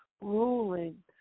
ruling